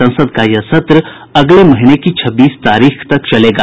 संसद का यह सत्र अगले महीने की छब्बीस तारीख तक चलेगा